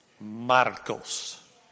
Marcos